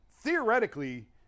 theoretically